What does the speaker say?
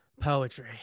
poetry